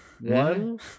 One